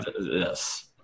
yes